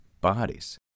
bodies